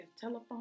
telephone